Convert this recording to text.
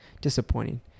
disappointing